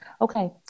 Okay